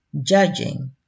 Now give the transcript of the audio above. judging